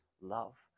love